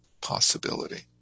possibility